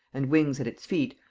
and wings at his feet,